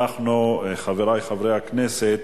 חברי חברי הכנסת,